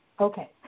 Okay